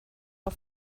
auf